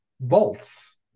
vaults